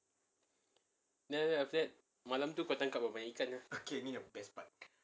then after that malam tu kau dapat ikan